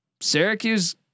Syracuse